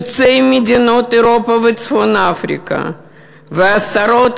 יוצאי מדינות אירופה וצפון-אפריקה ועשרות